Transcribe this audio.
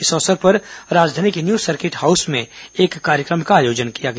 इस अवसर पर राजधानी के न्यू सर्किट हाउस में एक कार्यक्रम का आयोजन किया गया